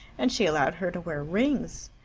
and she allowed her to wear rings.